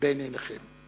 מבין עיניכם.